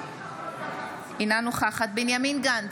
אינה נוכחת בנימין גנץ,